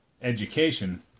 education